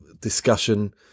discussion